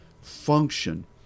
function